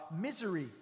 misery